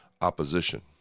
opposition